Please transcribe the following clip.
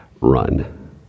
run